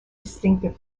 distinctive